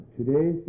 today